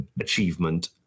achievement